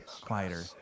quieter